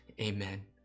amen